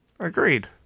Agreed